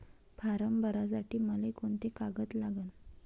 Form भरासाठी मले कोंते कागद लागन?